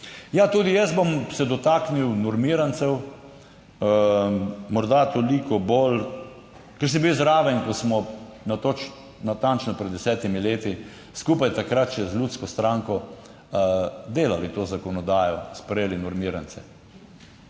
Ja, tudi jaz bom se dotaknil normirancev, morda toliko bolj, ker sem bil zraven, ko smo natančno pred desetimi leti, skupaj takrat še z ljudsko stranko, delali to zakonodajo, sprejeli normirance.